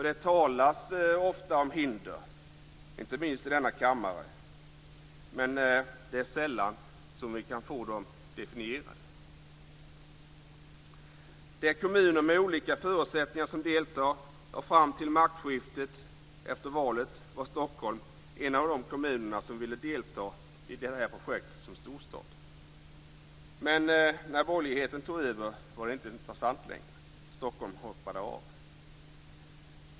Det talas ofta om hinder, inte minst i denna kammare, men det är sällan som vi kan få dem definierade. Det är kommuner med olika förutsättningar som deltar. Fram till maktskiftet efter valet var Stockholm som storstad en av de kommuner som ville delta i det här projektet. Men när borgerligheten tog över var det inte intressant längre. Stockholm hoppade av.